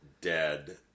dead